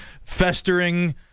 festering